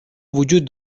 وجود